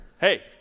Hey